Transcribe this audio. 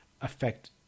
affect